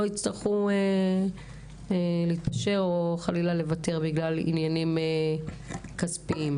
לא יצטרכו לוותר או להתפשר חלילה בגלל עניינים כספיים.